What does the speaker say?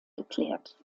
geklärt